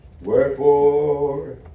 wherefore